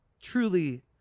truly